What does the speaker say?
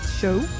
show